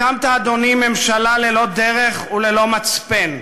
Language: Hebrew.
הקמת, אדוני, ממשלה ללא דרך וללא מצפן,